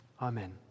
Amen